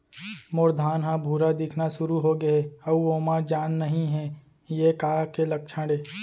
मोर धान ह भूरा दिखना शुरू होगे हे अऊ ओमा जान नही हे ये का के लक्षण ये?